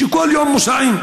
שכל יום נוסעים,